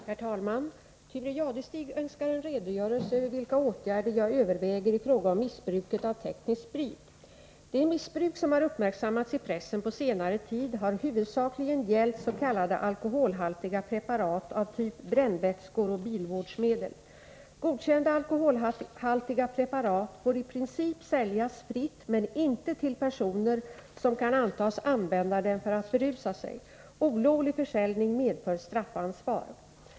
Herr talman! Thure Jadestig önskar en redogörelse över vilka åtgärder jag överväger i fråga om missbruket av teknisk sprit. Det missbruk som har uppmärksammats i pressen på senare tid har huvudsakligen gällt s.k. alkoholhaltiga preparat av typ brännvätskor och bilvårdsmedel. Godkända alkoholhaltiga preparat får i princip säljas fritt men inte till personer som kan antas använda dem för att berusa sig. Olovlig försäljning medför straffansvar.